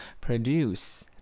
produce